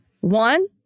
One